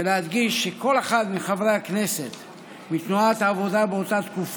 כפי שיעקב נחושתן עזב בצעירותו את בולגריה מולדתו,